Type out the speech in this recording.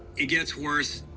it gets worse.